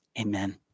Amen